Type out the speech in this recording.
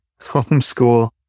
homeschool